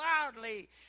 loudly